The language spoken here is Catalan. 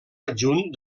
adjunt